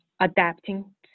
adapting